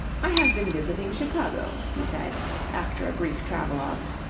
i have been visiting chicago, he said after a brief travelogue.